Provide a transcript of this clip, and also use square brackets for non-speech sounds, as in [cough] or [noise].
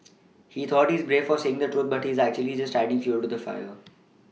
[noise] he thought he's brave for saying the truth but he's actually just adding fuel to the fire